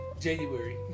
January